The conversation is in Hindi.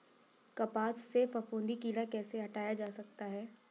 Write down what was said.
कपास से फफूंदी कीड़ा कैसे हटाया जा सकता है?